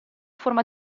forma